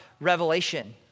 Revelation